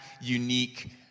unique